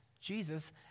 Jesus